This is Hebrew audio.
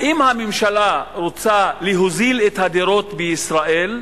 האם הממשלה רוצה להוזיל את הדירות בישראל?